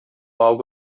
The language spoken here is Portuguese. algo